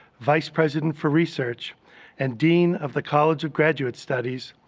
vice president for research and dean of the college of graduate studies,